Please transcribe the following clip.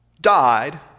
died